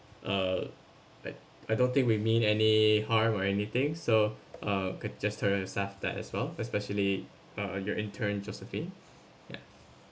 uh like I don't think we mean any harm or anything so uh could just told your staff that as well especially ah your intern josephine ya